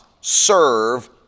serve